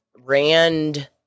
Rand